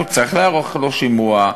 צריך לערוך לו שימוע,